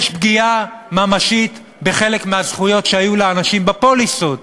יש פגיעה ממשית בחלק מהזכויות שהיו לאנשים בפוליסות.